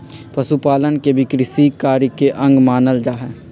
पशुपालन के भी कृषिकार्य के अंग मानल जा हई